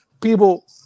people